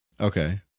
Okay